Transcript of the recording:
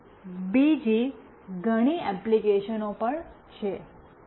અને બીજી ઘણી એપ્લિકેશનો પણ છે